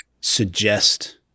suggest